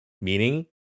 meaning